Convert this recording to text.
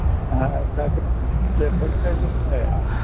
हा साखर ते पंचेचाळीस रुपये आहे